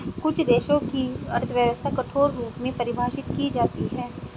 कुछ देशों की अर्थव्यवस्था कठोर रूप में परिभाषित की जाती हैं